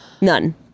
None